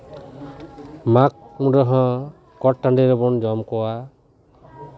ᱢᱟᱜᱽ ᱵᱚᱸᱜᱟ ᱦᱚᱸ ᱜᱚᱴ ᱴᱟᱺᱰᱤ ᱨᱮᱵᱚᱱ ᱡᱚᱢ ᱠᱚᱣᱟ